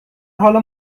حال